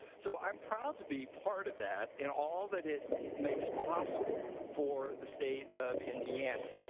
so i'm proud to be part of that and all that it makes possible for the state of indiana.